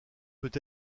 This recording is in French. peut